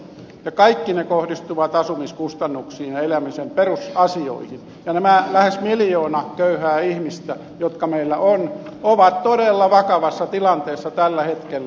kaikki nämä kohdistuvat asumiskustannuksiin ja elämisen perusasioihin ja nämä lähes miljoona köyhää ihmistä jotka meillä on ovat todella vakavassa tilanteessa tällä hetkellä